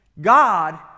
God